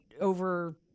over